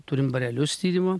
turim barelius tyrimo